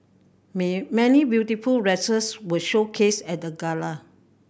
many beautiful dresses were showcased at the gala